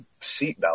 seatbelt